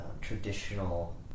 traditional